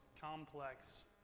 complex